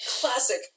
Classic